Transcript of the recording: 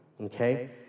okay